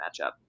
matchup